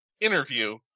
interview